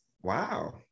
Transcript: Wow